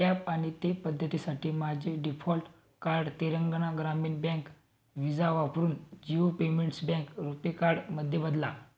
tap आणि ते पद्धतीसाठी माझे डीफॉल्ट कार्ड तेलंगणा ग्रामीण बँक व्हिजा वापरून जिओ पेमेंट्स बँक रुपे कार्डमध्ये बदला